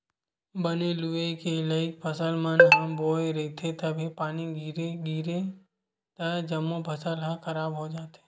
बने लूए के लइक फसल मन ह होए रहिथे तभे पानी गिरगे त जम्मो फसल ह खराब हो जाथे